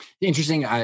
Interesting